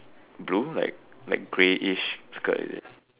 blue like like greyish skirt is it